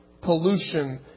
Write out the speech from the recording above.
pollution